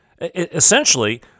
Essentially